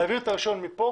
להעביר את הרישיון מכאן